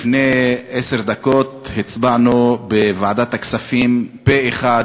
לפני עשר דקות הצבענו בוועדת הכספים פה-אחד,